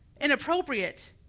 inappropriate